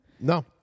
No